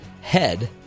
head